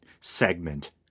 segment